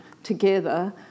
Together